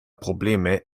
probleme